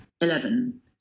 Eleven